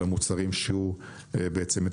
על המוצרים שהוא מטפל.